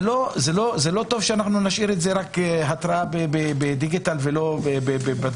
זה לא טוב שאנחנו נשאיר את זה רק כהתראה בדיגיטל ולא בדואר.